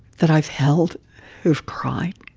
that i've held who've cried,